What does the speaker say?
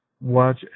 watch